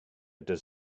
does